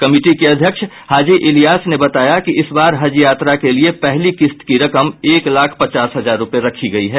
committee के अध्यक्ष हाजी इलियास ने बताया कि इस बार हज यात्रा के लिये पहली किस्त की रकम एक लाख पचास हजार रूपये रखी गई है